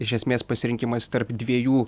iš esmės pasirinkimas tarp dviejų